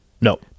no